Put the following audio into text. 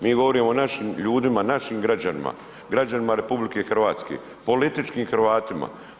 Mi govorimo o našim ljudima, našim građanima, građanima RH, političkim Hrvatima.